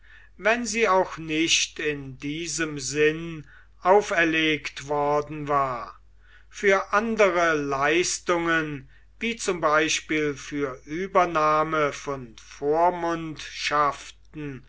wenn sie auch nicht in diesem sinn auferlegt worden war für andere leistungen wie zum beispiel für übernahme von vormundschaften